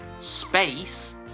Space